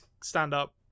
stand-up